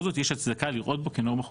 זאת יש הצדקה לראות בו כנורמה חוקתית.